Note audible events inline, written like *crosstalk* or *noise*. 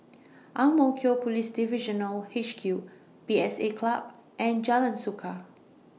*noise* Ang Mo Kio Police Divisional H Q P S A Club and Jalan Suka